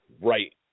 Right